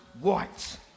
white